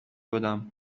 بدم